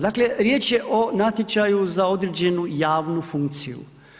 Dakle riječ je o natječaju za određenu javnu funkciju.